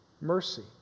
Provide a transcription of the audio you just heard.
mercy